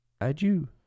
adieu